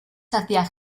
hacia